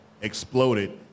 exploded